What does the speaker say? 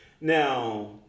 now